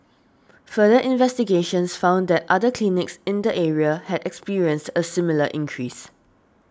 further investigations found that other clinics in the area had experienced a similar increase